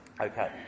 Okay